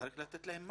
צריך לתת להם משהו.